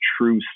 true